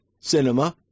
Cinema